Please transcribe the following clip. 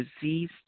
disease